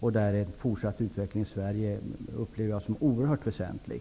Jag upplever en fortsatt utveckling i Sverige som oerhört väsentlig.